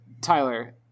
Tyler